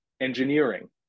engineering